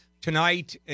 Tonight